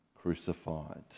crucified